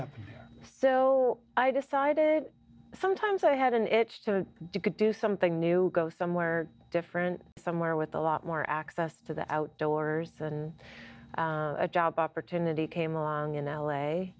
l i decided sometimes i had an itch to do could do something new go somewhere different somewhere with a lot more access to the outdoors and a job opportunity came along in l